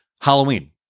Halloween